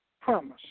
promise